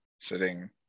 sitting